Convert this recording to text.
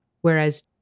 whereas